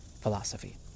philosophy